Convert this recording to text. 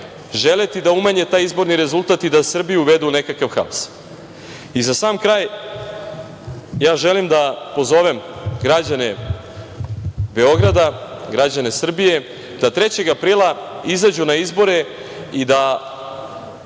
želeti da umanje taj izborni rezultat i da Srbiju uvedu u nekakav haos.Za sam kraj, želim da pozovem građane Beograda, građane Srbije da 3. aprila izađu na izbore i da